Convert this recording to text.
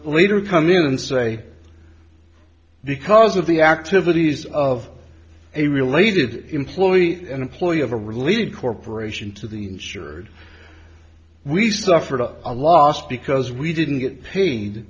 later come in and say because of the activities of a related employee and employer of a related corporation to the insured we suffered a loss because we didn't get paid